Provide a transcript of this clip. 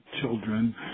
children